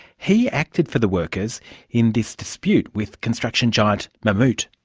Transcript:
he acted for the workers in this dispute with construction giant mammoet.